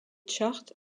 charts